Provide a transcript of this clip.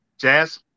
Jazz